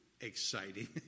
exciting